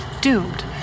doomed